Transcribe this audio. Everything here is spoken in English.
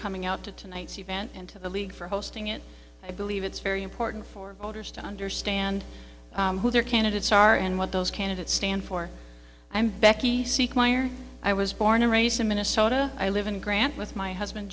coming out to tonight's event and to the league for hosting it i believe it's very important for voters to understand who their candidates are and what those candidates stand for i'm becky i was born and raised in minnesota i live in grant with my husband